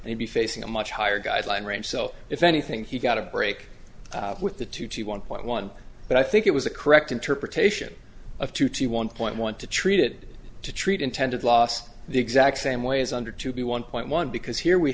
and be facing a much higher guideline range so if anything he got a break with the two to one point one but i think it was a correct interpretation of the one point want to treated to treat intended last the exact same way as under to be one point one because here we